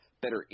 better